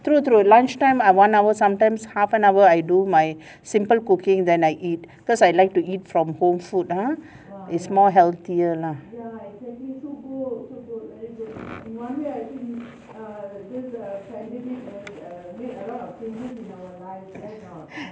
true true lunchtime I one hour sometimes half an hour I do my simple cooking then I eat cause I like to eat from home food ah is more healthier lah